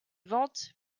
ventes